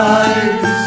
eyes